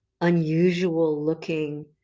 unusual-looking